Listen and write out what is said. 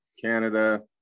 Canada